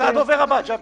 תודה,